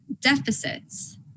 deficits